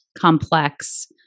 complex